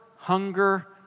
hunger